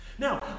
Now